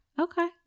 Okay